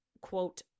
quote